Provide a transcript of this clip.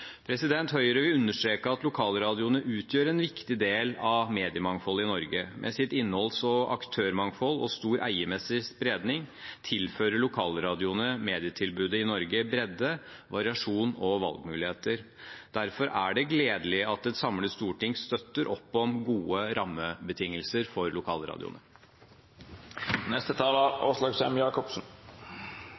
Høyre vil understreke at lokalradioene utgjør en viktig del av mediemangfoldet i Norge. Med sitt innholds- og aktørmangfold og store eiermessige spredning tilfører lokalradioene medietilbudet i Norge bredde, variasjon og valgmuligheter. Derfor er det gledelig at et samlet storting støtter opp om gode rammebetingelser for lokalradioene.